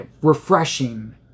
refreshing